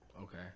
Okay